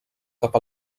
cap